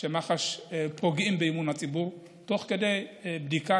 מח"ש פוגעים באמון הציבור תוך כדי בדיקה